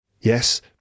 Yes